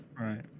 right